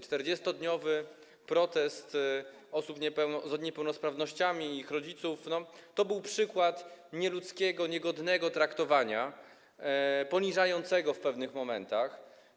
40-dniowy protest osób z niepełnosprawnościami i ich rodziców to był przykład nieludzkiego, niegodnego traktowania, poniżającego w pewnych momentach.